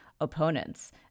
opponents